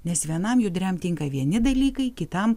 nes vienam judriam tinka vieni dalykai kitam